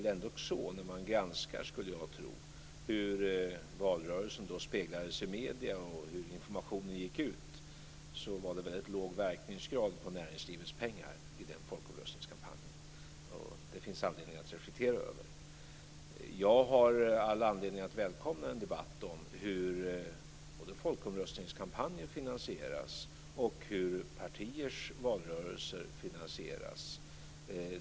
Men när man granskar hur valrörelsen speglades i medierna och hur informationen gick ut så var det väl rätt låg verkningsgrad på näringslivets pengar vid den folkomröstningskampanjen. Detta finns det anledning att reflektera över. Jag har all anledning att välkomna en debatt om både hur folkomröstningskampanjer finansieras och hur partiers valrörelser finansieras.